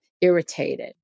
irritated